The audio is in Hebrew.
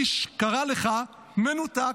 קיש קרא לך מנותק.